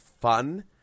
fun